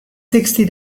sixty